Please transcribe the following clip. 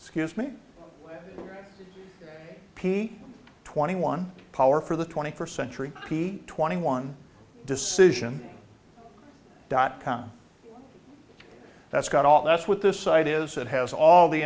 scuse me p twenty one power for the twenty first century p twenty one decision dot com that's got all that's what this site is it has all the